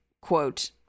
quote